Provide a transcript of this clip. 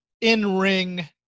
in-ring –